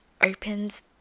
opens